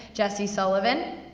jesse sullivan.